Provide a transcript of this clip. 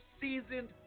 seasoned